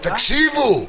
אני לא מוסיף על זה כלום.